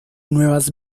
nuevas